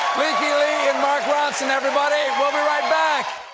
li and mark ronson, everybody! we'll be right back.